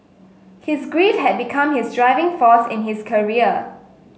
his grief had become his driving force in his career